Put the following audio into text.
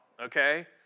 okay